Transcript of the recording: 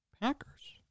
Packers